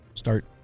Start